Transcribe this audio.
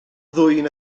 ddwyn